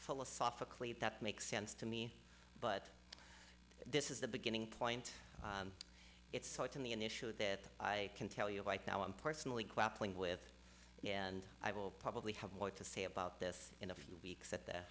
philosophically that makes sense to me but this is the beginning point it's certainly an issue that i can tell you right now i'm personally grappling with and i will probably have more to say about this in a few weeks at the